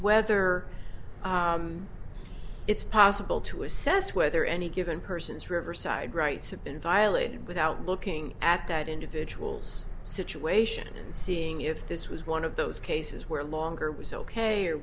whether it's possible to assess whether any given person's riverside rights have been violated without looking at that individual's situation and seeing if this was one of those cases where a longer was ok or